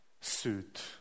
suit